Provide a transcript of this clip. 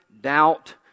doubt